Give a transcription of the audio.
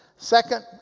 second